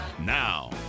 now